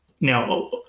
now